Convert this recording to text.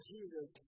Jesus